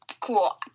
Cool